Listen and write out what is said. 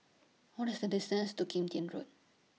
What IS The distance to Kim Tian Road